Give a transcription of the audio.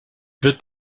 wird